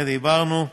על זה דיברנו.